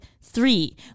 three